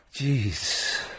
Jeez